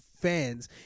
fans